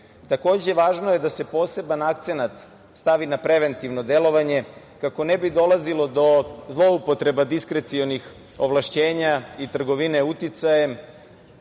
nabavki. Takođe, važno je da se poseban akcenat stavi na preventivno delovanje kako ne bi dolazilo do zloupotreba diskrecionih ovlašćenja i trgovine uticajem,